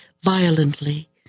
violently